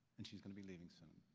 and she's going to be leaving soon.